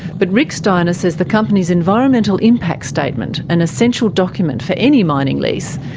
but rick steiner says the company's environmental impact statement, an essential document for any mining lease,